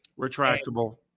retractable